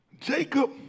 Jacob